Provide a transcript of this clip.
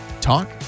talk